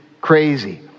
crazy